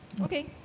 Okay